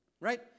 right